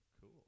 cool